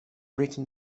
written